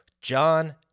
John